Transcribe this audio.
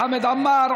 חמד עמאר,